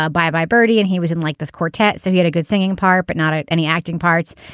ah bye bye birdie and he was in like this quartet. so he had a good singing part but not any acting parts.